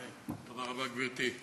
תודה רבה, גברתי.